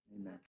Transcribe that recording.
Amen